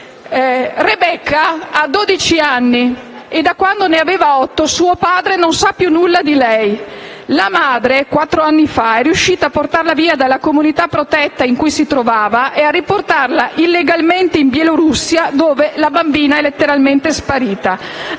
Rebecca ha dodici anni e da quando ne aveva otto suo padre non sa nulla di lei. Quattro anni fa la madre è riuscita a portarla via dalla comunità protetta in cui si trovava e a riportarla illegalmente in Bielorussia, dove la bambina è letteralmente sparita.